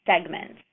segments